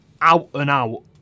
out-and-out